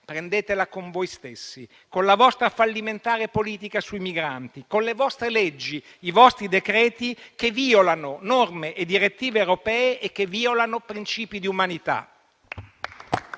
Prendetevela con voi stessi, con la vostra fallimentare politica sui migranti, con le vostre leggi e i vostri decreti, che violano norme e direttive europee e violano i principi di umanità.